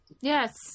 yes